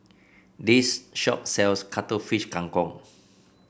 this shop sells Cuttlefish Kang Kong